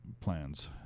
plans